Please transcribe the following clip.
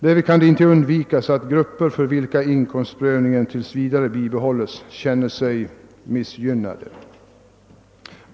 Därvid kan det inte undvikas att grupper, för vilka inkomstprövningen tills vidare bibehålles, känner sig missgynnade.